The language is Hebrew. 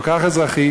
כל כך אזרחי,